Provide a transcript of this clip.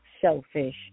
shellfish